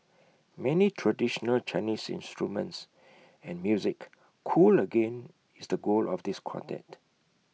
many traditional Chinese instruments and music cool again is the goal of this quartet